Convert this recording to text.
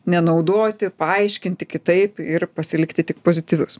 nenaudoti paaiškinti kitaip ir pasilikti tik pozityvius